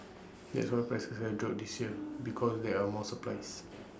that's why prices have dropped this year because there are more supplies